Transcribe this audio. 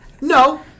No